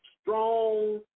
strong